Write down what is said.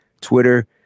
Twitter –